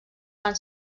van